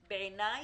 בעיניי,